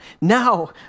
Now